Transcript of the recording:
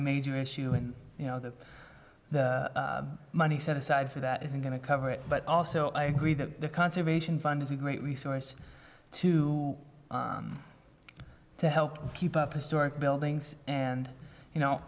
a major issue when you know that the money set aside for that isn't going to cover it but also i agree that the conservation fund is a great resource to help keep up historic buildings and you know